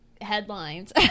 headlines